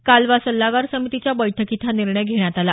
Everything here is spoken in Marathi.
कालवा सल्लागार समितीच्या बैठकीत हा निर्णय घेण्यात आला